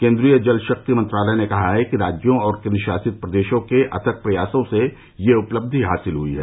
केन्द्रीय जल शक्ति मंत्रालय ने कहा है कि राज्यों और केंद्रशासित प्रदेशों के अथक प्रयासों से यह उपलब्धि हासिल हई है